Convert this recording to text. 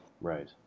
Right